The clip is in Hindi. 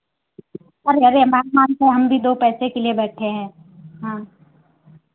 अरे अरे मैम मैम तो हम भी दो पैसे के लिए ही बैठे हैं हाँ